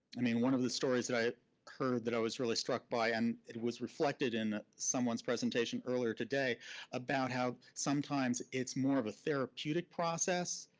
i mean, one of the stories that i heard that i was really struck by, and it was reflected in someone's presentation earlier today about how sometimes it's more of a therapeutic process